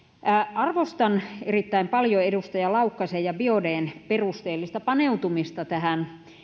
arvostan erittäin paljon edustaja laukkasen ja edustaja biaudetn perusteellista paneutumista tähän